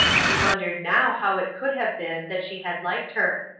she wondered now how it could have been that she had liked her!